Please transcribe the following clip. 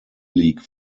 league